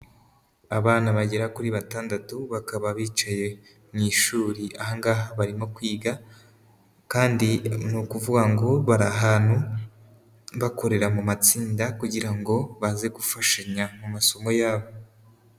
Abana bagera kuri batandatu bakaba bicaye mu ishuri, aha ngaha barimo kwiga kandi ni ukuvuga ngo bari ahantu bakorera mu matsinda kugira ngo baze gufashanya mu masomo yabo.